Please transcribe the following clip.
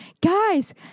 guys